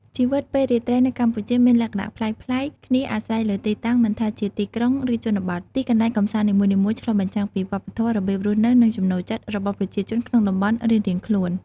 ជីវិតពេលរាត្រីនៅកម្ពុជាមានលក្ខណៈប្លែកៗគ្នាអាស្រ័យលើទីតាំង មិនថាជាទីក្រុង ឬជនបទ ទីកន្លែងកម្សាន្តនីមួយៗឆ្លុះបញ្ចាំងពីវប្បធម៌ របៀបរស់នៅ និងចំណូលចិត្តរបស់ប្រជាជនក្នុងតំបន់រៀងៗខ្លួន ។